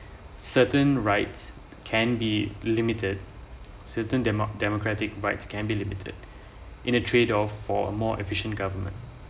certain rights can be limited certain demo~ democratic rights can be limited in a trade off for more efficient government